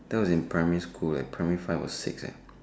that was in primary school eh primary five or six eh